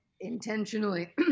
intentionally